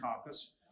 caucus